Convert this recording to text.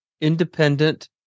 independent